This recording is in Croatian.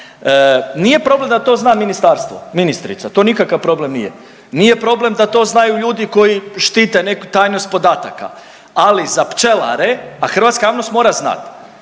nije problem da to zna ministarstvo, ministrica, to nikakav problem nije, nije problem da to znaju ljudi koji štite neku tajnost podataka, ali za pčelare, a hrvatska javnost mora znat,